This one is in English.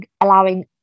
allowing